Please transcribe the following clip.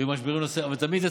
היו משברים נוספים,